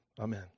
Amen